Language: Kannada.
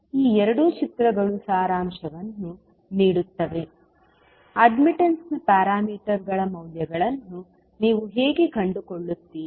ಈ ಎರಡು ಚಿತ್ರಗಳು ಸಾರಾಂಶವನ್ನು ನೀಡುತ್ತವೆ ಅಡ್ಮಿಟ್ಟನ್ಸ್ನ ಪ್ಯಾರಾಮೀಟರ್ಗಳ ಮೌಲ್ಯಗಳನ್ನು ನೀವು ಹೇಗೆ ಕಂಡುಕೊಳ್ಳುತ್ತೀರಿ